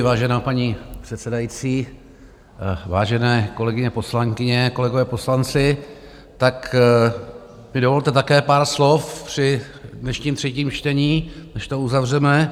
Vážená paní předsedající, vážené kolegyně poslankyně, kolegové poslanci, tak mi dovolte také pár slov při dnešním třetím čtení, než to uzavřeme.